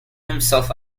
himself